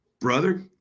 brother